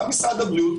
בא משרד הבריאות,